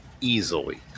easily